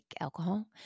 alcohol